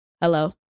hello